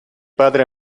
padre